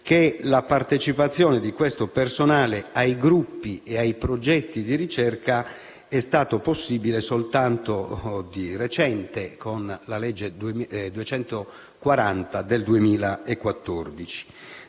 che la partecipazione di questo personale ai gruppi e ai progetti di ricerca è stato possibile soltanto di recente con la legge n. 240 del 2014.